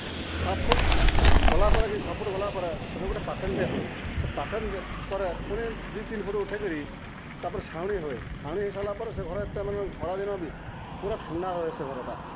ସାତ୍ ଫୁଟ୍ ଗଲାପରେ କି ଛଅ ଫୁଟ୍ ଗଲା ପରେ ସେନ ଗୁଟେ ପାଟେନ୍ଟେ ହୁଏ ସେ ପାଟେନ୍ ପରେ ପୁଣି ଦୁଇ ତିନ୍ ଫୁଟ୍ ଉଠେଇକିରି ତା'ପରେ ଛାଉଁଣି ହୁଏ ଛାଉଣି ହେଇ ସାରଲାପରେ ସେ ଘର ଏତେ ମାନେ ଖରା ଦିନ ବି ପୁରା ଥଣ୍ଡା ରହେ ସେ ଘରଟା